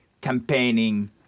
campaigning